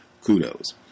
Kudos